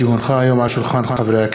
כי הונחה היום על שולחן הכנסת,